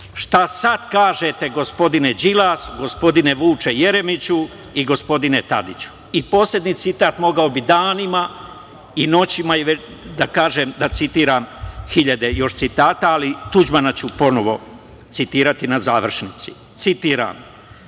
Šta sada kažete gospodine Đilas, gospodine Vuče Jeremiću i gospodine Tadiću.I poslednji citat, mogao bih danima i noćima da citiram još hiljade citata, ali Tuđmana ću ponovo citirati na završnici. Citiram